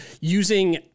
using